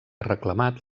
reclamat